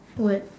what